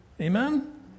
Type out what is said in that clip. Amen